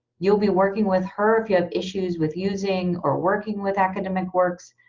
you'll be working with her if you have issues with using or working with academic works,